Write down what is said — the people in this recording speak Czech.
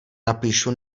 napíšu